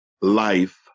Life